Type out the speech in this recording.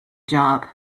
job